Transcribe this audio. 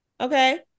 Okay